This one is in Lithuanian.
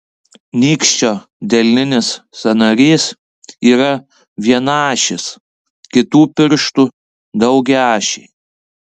nykščio delninis sąnarys yra vienaašis kitų pirštų daugiaašiai